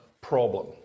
problem